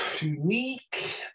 Unique